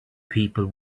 people